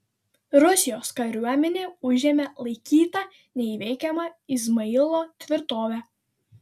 rusijos kariuomenė užėmė laikytą neįveikiama izmailo tvirtovę